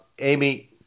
Amy